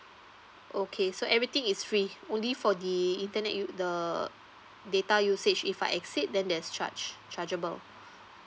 okay so everything is free only for the internet u~ the data usage if I exceed then there's charge chargeable